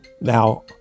Now